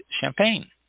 champagne